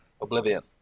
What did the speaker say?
Oblivion